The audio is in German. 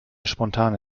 spontane